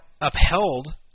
upheld